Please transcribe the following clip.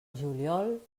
juliol